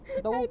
tahu